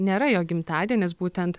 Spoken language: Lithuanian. nėra jo gimtadienis būtent